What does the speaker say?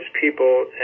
people